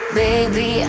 baby